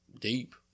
deep